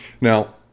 Now